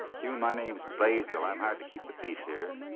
yeah and my name's blaisdell, i'm hired to keep the peace here.